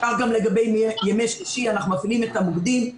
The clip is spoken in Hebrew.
כך גם לגבי ימי שישי, אנחנו מפעילים את המוקדים.